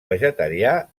vegetarià